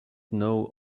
know